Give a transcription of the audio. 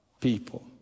people